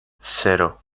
cero